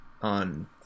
on